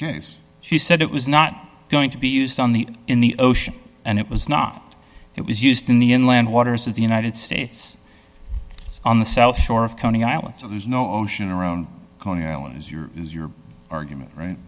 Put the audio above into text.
case she said it was not going to be used on the in the ocean and it was not it was used in the inland waters of the united states on the south shore of coney island so there's no ocean around coney island is your is your argument right